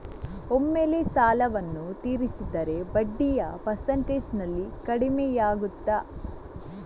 ಒಮ್ಮೆಲೇ ಸಾಲವನ್ನು ತೀರಿಸಿದರೆ ಬಡ್ಡಿಯ ಪರ್ಸೆಂಟೇಜ್ನಲ್ಲಿ ಕಡಿಮೆಯಾಗುತ್ತಾ?